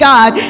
God